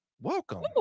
Welcome